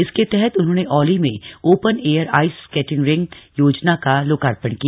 इसके तहत उन्होंने औली में open air ice skating rink योजना का लोकार्पण किया